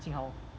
jing hao